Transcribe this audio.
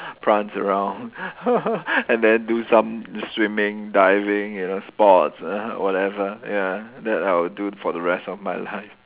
prance around and then do some swimming diving you know sports ah whatever ya that I would do for the rest of my life